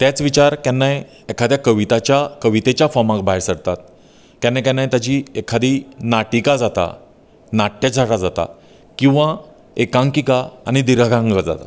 तेंच विचार केन्नाय एकाद्या कविताच्या कवितेच्या फोमाक भायर सरतात केन्ना केन्नाय ताजी एकादी नाटिकां जातात नाट्य जागा जातात किंवा एकांकीका आनी दिर्घांक जातात